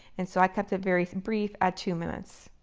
and so i kept it very brief at two minutes,